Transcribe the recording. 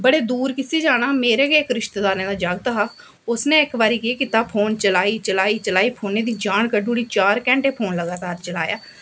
बड़े दूर किसी जाना मेरे गै इक रिश्तेदारें दा जागत हा उसने इक बारी केह् कीता फोन चलाई चलाई चलाई फोनै दी जान कड्ढी ओड़ी चार घैंटे फोन लगातार चलाया